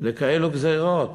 לכאלה גזירות?